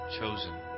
chosen